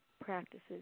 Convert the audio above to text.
practices